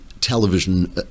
television